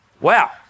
wow